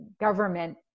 government